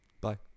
bye